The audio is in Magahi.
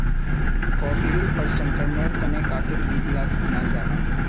कॉफ़ीर प्रशंकरनेर तने काफिर बीज लाक भुनाल जाहा